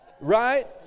Right